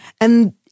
and-